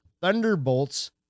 Thunderbolts